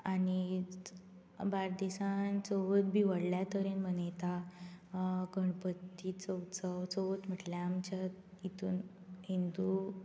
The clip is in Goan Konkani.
आनी बार्देजांत चवथ बी व्हडल्या तरेन मनयता गणपतीचो उत्सव चवथ म्हटल्यार आमच्या हितून